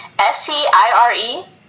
S-C-I-R-E